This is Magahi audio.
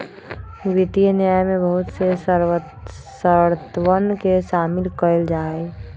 वित्तीय न्याय में बहुत से शर्तवन के शामिल कइल जाहई